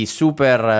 super